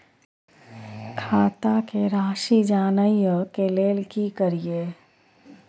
खाता के राशि जानय के लेल की करिए?